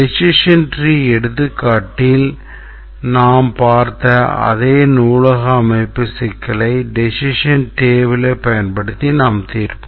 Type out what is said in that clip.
decision tree எடுத்துக்காட்டில் நாம் பார்த்த அதே நூலக அமைப்பு சிக்கலை decision table பயன்படுத்தி நாம் தீர்ப்போம்